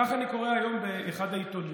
ככה אני קורא היום באחד העיתונים,